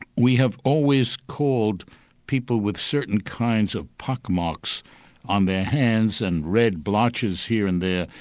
we have always called people with certain kinds of pock-marks on their hands and red blotches here and there,